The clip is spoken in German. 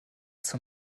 zur